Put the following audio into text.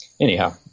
anyhow